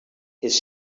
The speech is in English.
his